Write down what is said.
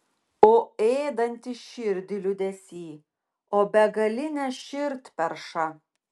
o ėdantis širdį liūdesy o begaline širdperša